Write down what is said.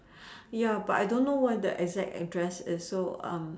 ya but I don't know what the exact address is so